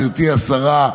גברתי השרה,